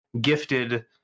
gifted